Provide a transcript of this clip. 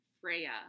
Freya